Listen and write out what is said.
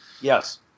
Yes